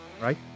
right